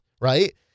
right